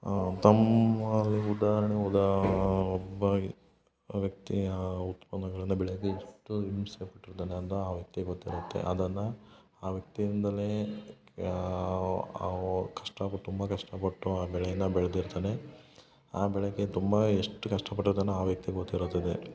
ತಮ್ಮ ಉದಾಹರಣೆ ಉದಾ ಒಬ್ಬ ವ್ಯಕ್ತಿಯ ಉತ್ಪನ್ನಗಳನ್ನ ಬೆಳೆಯಲು ಎಷ್ಟು ಹಿಂಸೆಪಟ್ಟಿರ್ತಾನೆ ಅಂತ ಆ ವ್ಯಕ್ತಿಗೆ ಗೊತ್ತಿರತ್ತೆ ಅದನ್ನ ಆ ವ್ಯಕ್ತಿಯಿಂದಲೇ ಯಾ ಅವು ಕಷ್ಟಪಟ್ಟು ತುಂಬ ಕಷ್ಟಪಟ್ಟು ಆ ಬೆಳೆನ ಬೆಳ್ದಿರ್ತಾನೆ ಆ ಬೆಳಕ್ಕೆ ತುಂಬಾ ಎಷ್ಟು ಕಷ್ಟಪಟ್ಟಿರ್ತಾನೋ ಆ ವ್ಯಕ್ತಿಗೆ ಗೊತ್ತಿರುತ್ತದೆ